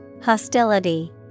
Hostility